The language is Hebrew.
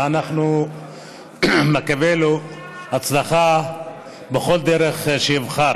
ואנחנו נאחל לו הצלחה בכל דרך שיבחר.